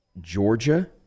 Georgia